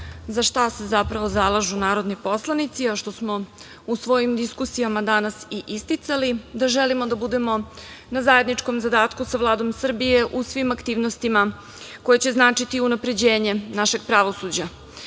za šta se zapravo zalažu narodni poslanici, a što smo u svojim diskusijama danas i isticali, da želimo da budemo na zajedničkom zadatku sa Vladom Srbije u svim aktivnostima koje će značiti unapređenje našeg pravosuđa. Sudije